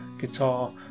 guitar